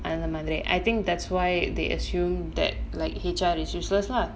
அந்த மாரி:antha maari I think that's why they assume that like H_R is useless lah